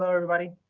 so everybody,